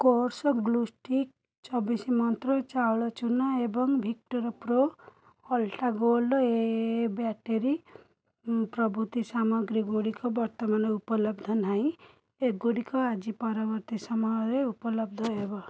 course ଗ୍ଲୁଷ୍ଟିକ୍ ଚବିଶ ମନ୍ତ୍ର ଚାଉଳ ଚୂନା ଏବଂ Victor pro ultra gold A A A battery ପ୍ରଭୃତି ସାମଗ୍ରୀ ଗୁଡ଼ିକ ବର୍ତ୍ତମାନ ଉପଲବ୍ଧ ନାହିଁ ଏଗୁଡ଼ିକ ଆଜି ପରବର୍ତ୍ତୀ ସମୟରେ ଉପଲବ୍ଧ ହେବ